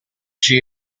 she